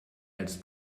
als